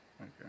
Okay